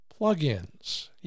plugins